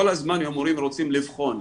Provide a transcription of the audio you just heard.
כל הזמן הם אומרים רוצים לבחון,